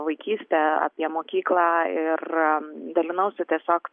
vaikystę apie mokyklą ir dalinausi tiesiog